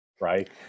right